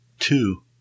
two